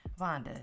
Vonda